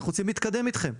אנחנו רוצים להתקדם איתכם.